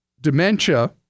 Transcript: dementia